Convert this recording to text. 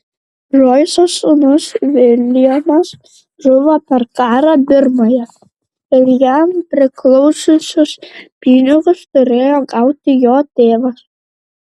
džoiso sūnus viljamas žuvo per karą birmoje ir jam priklausiusius pinigus turėjo gauti jo tėvas